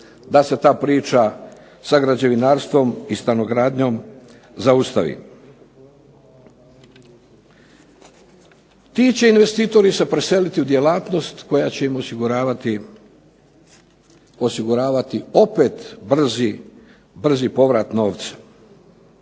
da se ta priča sa građevinarstvom i stanogradnjom zaustavi. Ti će investitori se preseliti u djelatnost koja će im osiguravati opet brzi povrat novca.